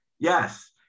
Yes